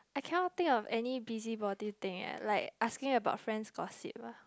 I cannot think of any busybody think eh like asking about friends gossip ah